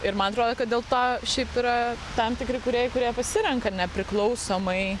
ir man atrodo kad dėl to šiaip yra tam tikri kūrėjai kurie pasirenka nepriklausomai